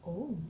oh